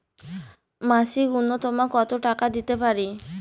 মাসিক নূন্যতম কত টাকা দিতে পারি?